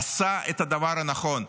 עשה את הדבר הנכון,